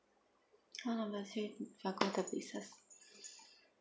call number three telco services